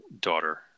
daughter